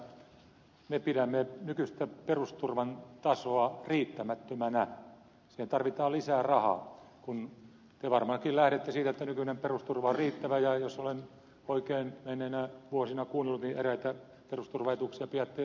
zyskowicz on siinä että me pidämme nykyistä perusturvan tasoa riittämättömänä siihen tarvitaan lisää rahaa kun te varmaankin lähdette siitä että nykyinen perusturva on riittävä ja jos olen oikein menneinä vuosina kuunnellut niin eräitä perusturvaetuuksia pidätte liiankin isoina